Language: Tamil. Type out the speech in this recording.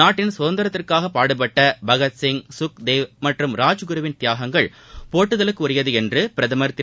நாட்டின் சுதந்திரத்திற்காக பாடுபட்ட பகத்சிங் சுக் தேவ் மற்றும் ராஜ் குருவின் தியாகங்கள் போற்றுதலுக்குரியது என்று பிரதமர் திரு